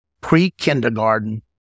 pre-kindergarten